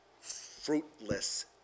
fruitless